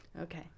Okay